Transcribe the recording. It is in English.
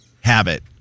habit